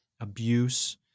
abuse